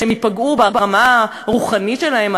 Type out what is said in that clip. שהם ייפגעו ברמה הרוחנית שלהם,